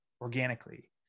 organically